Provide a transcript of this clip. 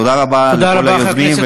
תודה רבה לכל היוזמים,